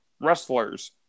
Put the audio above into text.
wrestlers